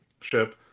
ship